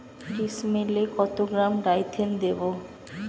ডিস্মেলে কত gram Dithane দেবো?